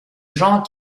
jan